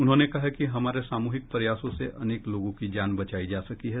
उन्होंने कहा कि हमारे सामूहिक प्रयासों से अनेक लोगों की जान बचाई जा सकी है